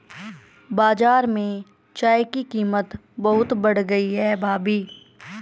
बाजार में चाय की कीमत बहुत बढ़ गई है भाभी